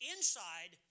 Inside